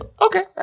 Okay